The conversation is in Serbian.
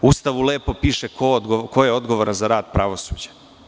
U Ustavu lepo piše ko je odgovoran za rad pravosuđa.